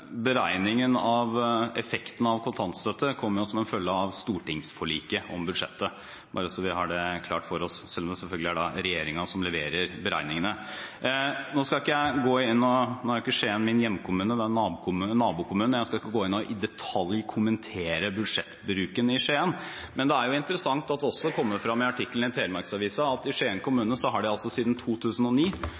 Beregningen av effekten av kontantstøtte kommer som en følge av stortingsforliket om budsjettet – bare så vi har det klart for oss, selv om det selvfølgelig er regjeringen som leverer beregningene. Nå er ikke Skien min hjemkommune, det er nabokommunen. Jeg skal ikke gå inn og i detalj kommentere budsjettbruken i Skien. Men det er interessant det som også kommer frem i artikkelen i telemarksavisa, at i Skien kommune har man siden 2009